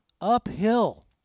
Uphill